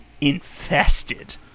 infested